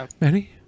Manny